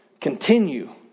continue